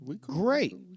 Great